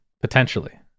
potentially